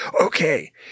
okay